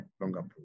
longer